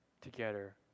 together